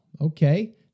okay